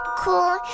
cool